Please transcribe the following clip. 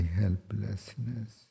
helplessness